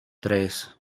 tres